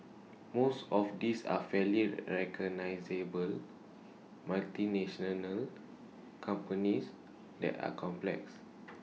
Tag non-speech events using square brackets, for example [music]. most of these are fairly recognisable [unintelligible] companies that are complex